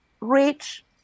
reach